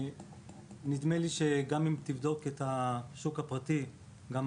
נדמה לי שגם אם תבדוק את השוק הפרטי תמצא